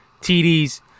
TDs